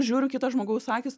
žiūriu kito žmogaus akys